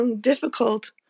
difficult